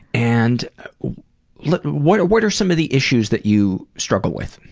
and like what what are some of the issues that you struggle with?